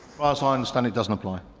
as ah i understand it does not apply.